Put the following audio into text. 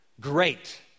Great